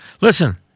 Listen